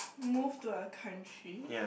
move to a country